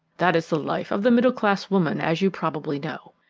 that is the life of the middle-class woman, as you probably know.